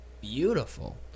beautiful